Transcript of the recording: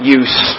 use